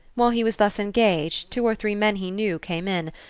while he was thus engaged two or three men he knew came in,